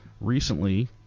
recently